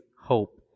hope